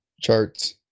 charts